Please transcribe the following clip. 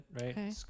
right